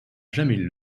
jamais